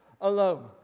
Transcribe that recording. alone